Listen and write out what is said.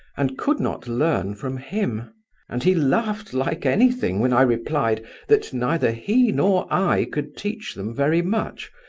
and could not learn from him and he laughed like anything when i replied that neither he nor i could teach them very much,